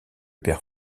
père